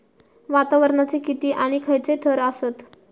वातावरणाचे किती आणि खैयचे थर आसत?